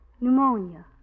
Pneumonia